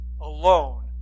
alone